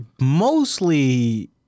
mostly